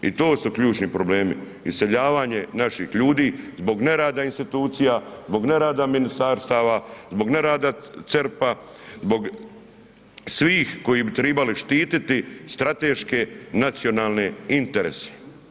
I to su ključni problemi iseljavanje naših ljudi zbog nerada institucija, zbog nerada ministarstava, zbog nerada CERP-a zbog svih koji bi trebali štititi strateške nacionalne interese.